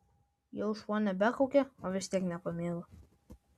jau šuo nebekaukia o vis tiek nepamiegu